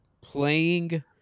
playing